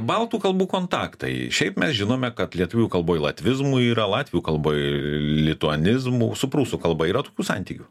baltų kalbų kontaktai šiaip mes žinome kad lietuvių kalboj latvizmų yra latvių kalboj lituanizmų su prūsų kalba yra tokių santykių